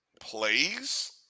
plays